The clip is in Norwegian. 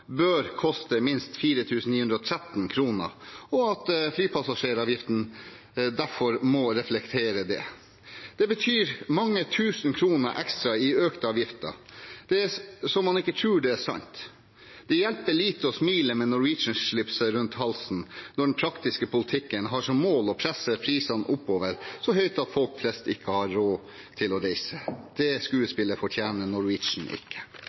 bør koste minst 4 913 kr, og at flypassasjeravgiften derfor må reflektere det. Det betyr mange tusen kroner ekstra i økte avgifter. Det er som man ikke tror det er sant. Det hjelper lite å smile med Norwegian-slipset rundt halsen når den praktiske politikken har som mål å presse prisene oppover, så høyt at folk flest ikke har råd til å reise. Det skuespillet fortjener ikke Norwegian. Det er ikke